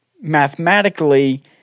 mathematically